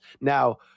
now